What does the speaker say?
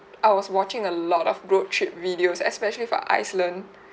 I was watching a lot of road trip videos especially for iceland